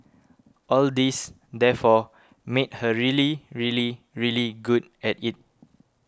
all this therefore made her really really really good at it